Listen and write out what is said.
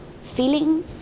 feeling